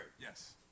Yes